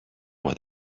what